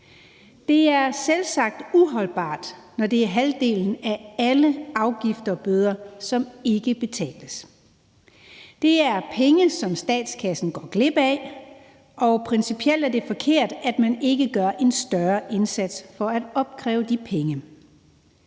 Det er selvsagt uholdbart, når det er halvdelen af alle afgifter og bøder, som ikke betales. Det er penge, som statskassen går glip af, og principielt er det forkert, at man ikke gør en større indsats for at opkræve de penge.